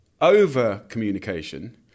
over-communication